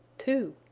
two!